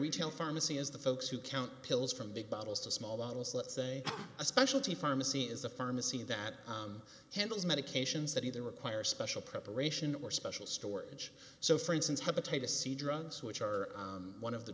retail pharmacy as the folks who count pills from big bottles to small bottles let's say a specialty pharmacy is a pharmacy that handles medications that either require special preparation or special storage so for instance hepatitis c drugs which are one of the